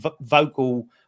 vocal